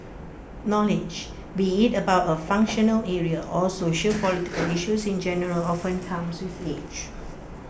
knowledge be IT about A functional area or sociopolitical issues in general often comes with age